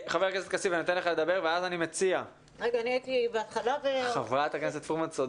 חה"כ פרומן, בבקשה, ואחריה חבר הכנסת כסיף.